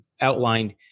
outlined